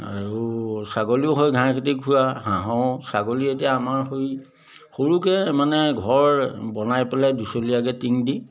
আৰু ছাগলীও হয় ঘাঁহ খেতি খোৱা হাঁহো ছাগলী এতিয়া আমাৰ সৈ সৰুকৈ মানে ঘৰ বনাই পেলাই দুচলীয়াকৈ টিং দি